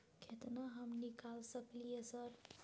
केतना हम निकाल सकलियै सर?